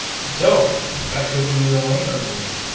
so that could be the liner and woman